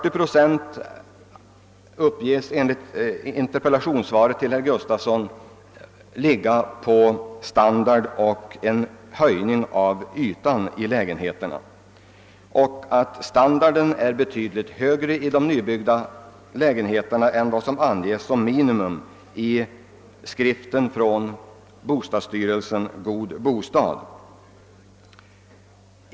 I interpellationssvaret uppger statsrådet vidare att 40 procent ligger på höjningen av lägenheternas standard och yta och att standarden i de nybyggda lägenheterna är betydligt högre än vad som anges som minimum i bostadsstyrelsens skrift »God bostad».